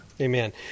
Amen